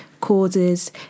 causes